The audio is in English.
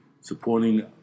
supporting